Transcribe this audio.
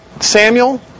Samuel